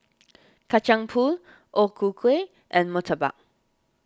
Kacang Pool O Ku Kueh and Murtabak